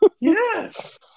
Yes